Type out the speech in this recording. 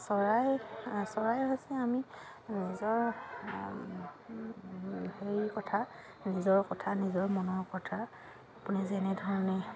চৰাই চৰাই হৈছে আমি নিজৰ হেৰিৰ কথা নিজৰ কথা নিজৰ মনৰ কথা আপুনি যেনেধৰণে